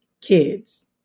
kids